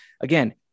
again